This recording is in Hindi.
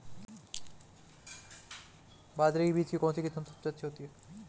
बाजरे के बीज की कौनसी किस्म सबसे अच्छी होती है?